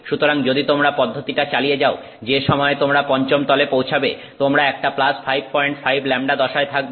সুতরাং যদি তোমরা পদ্ধতিটা চালিয়ে যাও যে সময়ে তোমরা পঞ্চম তলে পৌঁছাবে তোমরা একটা 55 λ দশায় থাকবে